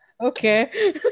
okay